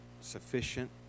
sufficient